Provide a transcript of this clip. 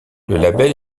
label